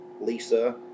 Lisa